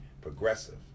progressive